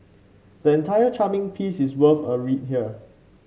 the entire charming piece worth a read here